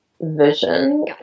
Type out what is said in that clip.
vision